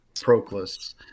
Proclus